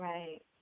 Right